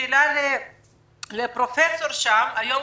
שאלה לפרופ' בנטואיץ', היום